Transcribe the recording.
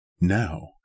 Now